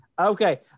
Okay